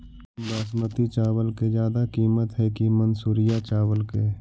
बासमती चावल के ज्यादा किमत है कि मनसुरिया चावल के?